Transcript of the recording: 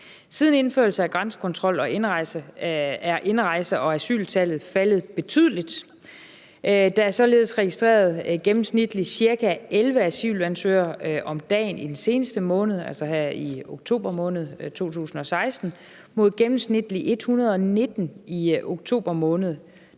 Siden indførelse af grænsekontrollen er indrejse- og asyltallet faldet betydeligt. Der er således registreret gennemsnitligt ca. 11 asylansøgere om dagen i den seneste måned, altså i oktober måned 2016, mod gennemsnitligt 119 i oktober måned 2015.